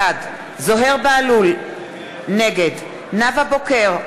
בעד זוהיר בהלול, נגד נאוה בוקר,